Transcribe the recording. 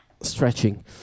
stretching